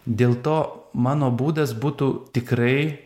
dėl to mano būdas būtų tikrai